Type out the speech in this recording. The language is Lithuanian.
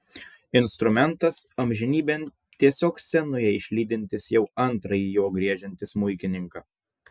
instrumentas amžinybėn tiesiog scenoje išlydintis jau antrąjį juo griežiantį smuikininką